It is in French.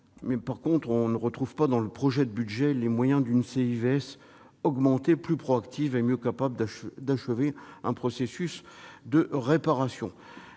d'information. On ne retrouve pas, dans le projet de budget, les moyens d'une « CIVS augmentée », plus proactive et mieux capable d'achever un processus de réparation.